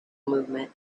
movement